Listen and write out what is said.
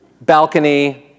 balcony